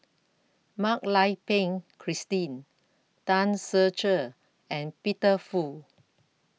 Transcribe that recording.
Mak Lai Peng Christine Tan Ser Cher and Peter Fu